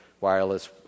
wireless